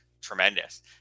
tremendous